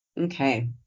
Okay